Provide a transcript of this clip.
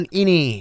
ini